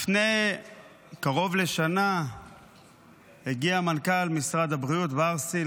לפני קרוב לשנה הגיע מנכ"ל משרד הבריאות בר-סי